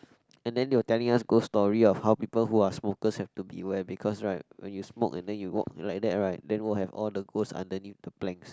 and then they'll telling us ghost stories of how people who are smokers have to beware because right when you smoke and then you walk like that right then will have all the ghosts underneath the planks